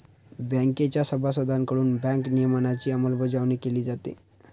बँकेच्या सभासदांकडून बँक नियमनाची अंमलबजावणी केली जाते